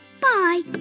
Bye